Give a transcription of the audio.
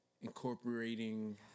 incorporating